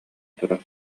турар